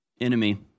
enemy